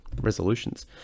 resolutions